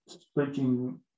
speaking